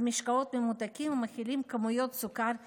משקאות ממותקים המכילים כמויות סוכר מזיק,